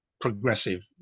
progressive